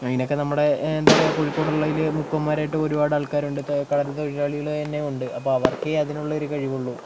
അതിനൊക്കെ നമ്മുടെ എന്താ പറയുക കോഴിക്കോടുള്ളതിൽ മുക്കുവന്മാരായിട്ട് ഒരു പാട് ആൾക്കാരുണ്ട് കടൽ തൊഴിലാളികള് തന്നെ ഉണ്ട് അപ്പം അവർക്കേ അതിനുള്ളൊരു കഴിവൊള്ളു